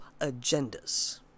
agendas